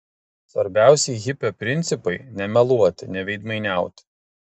svarbiausi hipio principai nemeluoti neveidmainiauti